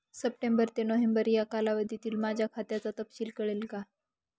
September ते November या कालावधीतील माझ्या खात्याचा तपशील कळेल का?